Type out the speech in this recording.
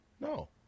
No